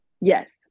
Yes